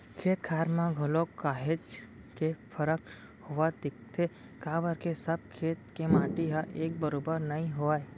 खेत खार म घलोक काहेच के फरक होवत दिखथे काबर के सब खेत के माटी ह एक बरोबर नइ होवय